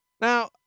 Now